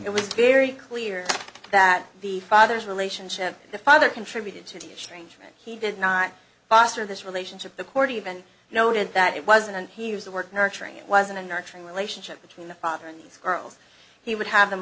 it was very clear that the father's relationship the father contributed to the stranger and he did not pastor this relationship the court even noted that it wasn't he was the work nurturing it was in a nurturing relationship between the father and these girls he would have them